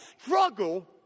struggle